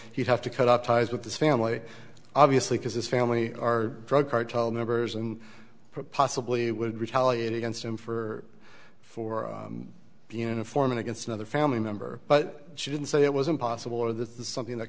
he'd have to cut off ties with this family obviously because his family are drug cartel members and possibly would retaliate against him for for the uniform and against another family member but she didn't say it was impossible or that something that